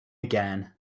again